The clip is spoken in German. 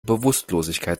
bewusstlosigkeit